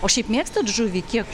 o šiaip mėgstat žuvį kiek